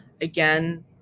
Again